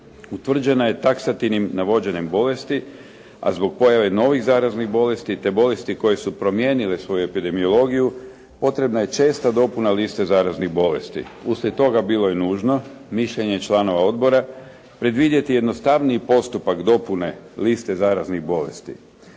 utvrđena je taksativnim navođenim bolesti, a zbog pojave novih zaraznih bolesti, te bolesti koje su promijenile svoje epidemiologiju potrebna je česta dopuna liste zaraznih bolesti. Uslijed toga bilo je nužno mišljenje članova odbora predvidjeti jednostavniji postupak dopune liste zaraznih bolesti.